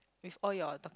with all your do~